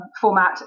format